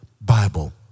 Bible